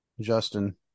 Justin